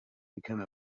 become